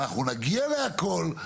אנחנו נגיע להכול,